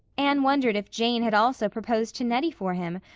anne wondered if jane had also proposed to nettie for him,